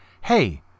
Hey